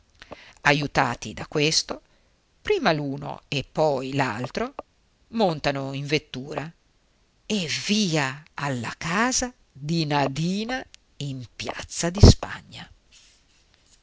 ajutati da questo prima l'uno e poi l'altro montano in vettura e via alla casa di nadina in piazza di spagna